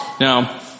Now